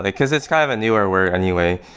because it's kind of a newer word anyway.